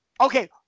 Okay